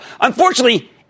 Unfortunately